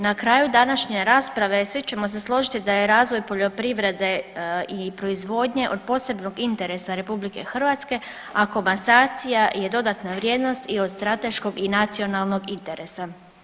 Na kraju današnje rasprave svi ćemo se složiti da je razvoj poljoprivrede i proizvodnje od posebnog interesa Republike Hrvatske, a komasacija je dodatna vrijednost i od strateškog i nacionalnog interesa.